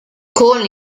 con